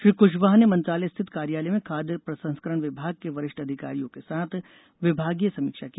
श्री क्शवाह ने मंत्रालय स्थित कार्यालय में खाद्य प्रसंस्करण विभाग के वरिष्ठ अधिकारियों के साथ विभागीय समीक्षा की